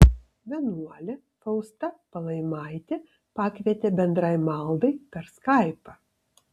vienuolė fausta palaimaitė pakvietė bendrai maldai per skaipą